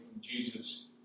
Jesus